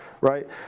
right